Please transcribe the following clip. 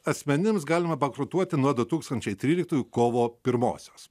asmenims galima bankrutuoti nuo du tūkstančiai tryliktųjų kovo pirmos